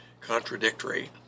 contradictory